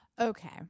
Okay